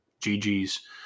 GG's